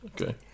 Okay